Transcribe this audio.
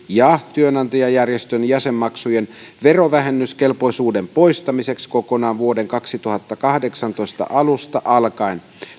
ja työnantajajärjestöjen jäsenmaksujen verovähennyskelpoisuuden poistamiseksi kokonaan vuoden kaksituhattakahdeksantoista alusta alkaen